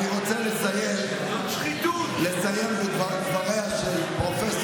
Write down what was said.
אני רוצה לסיים בדבריה של פרופ'